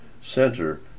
Center